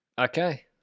Okay